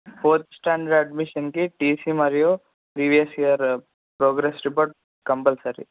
fourth standard అడ్మిషన్కి T C మరియు previous year progress report compulsory